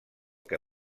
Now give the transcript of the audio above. que